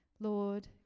Lord